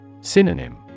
Synonym